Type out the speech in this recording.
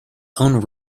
own